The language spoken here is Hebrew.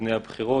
לפני הבחירות.